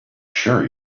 sure